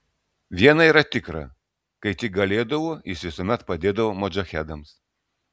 viena yra tikra kai tik galėdavo jis visuomet padėdavo modžahedams